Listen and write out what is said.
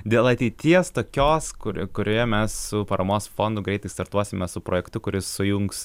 dėl ateities tokios kur kurioje mes su paramos fondu greitai startuosime su projektu kuris sujungs